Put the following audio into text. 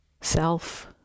self